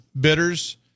bitters